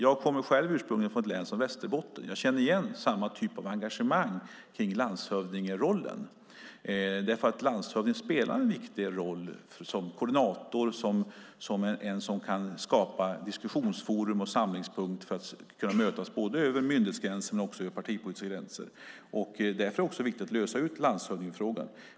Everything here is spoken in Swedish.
Jag kommer själv ursprungligen från Västerbottens län och känner igen denna typ av engagemang kring landshövdingerollen. Landshövdingen spelar en viktig roll som en koordinator som kan skapa diskussionsforum och samlingspunkter för möten både över myndighetsgränser och över partipolitiska gränser. Därför är det viktigt att lösa landshövdingefrågan.